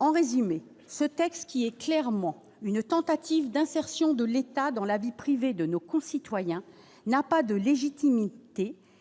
en résumé ce texte qui est clairement une tentative d'insertion de l'État dans la vie privée de nos concitoyens n'a pas de légitimité